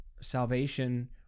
salvation